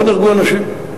לא נהרגו אנשים.